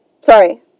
Sorry